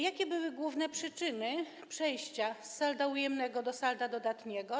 Jakie były główne przyczyny przejścia z salda ujemnego do salda dodatniego?